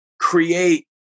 create